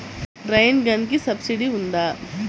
Rain గన్కి subsidy ఉందా?